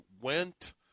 went